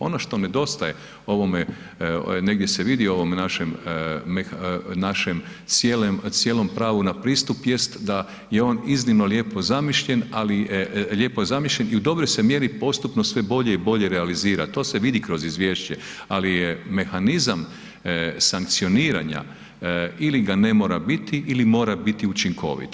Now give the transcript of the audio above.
Ono što nedostaje ovome, negdje se vidi, ovom našem cijelom pravu na pristup jest da je on iznimno lijepo zamišljen, ali, i u dobroj se mjeri postupno sve bolje i bolje realizira, to se vidi kroz izvješće, ali je mehanizam sankcioniranja, ili ga ne mora biti ili mora biti učinkovit.